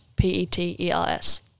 p-e-t-e-r-s